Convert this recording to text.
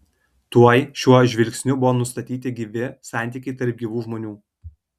tuoj šiuo žvilgsniu buvo nustatyti gyvi santykiai tarp gyvų žmonių